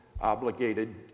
obligated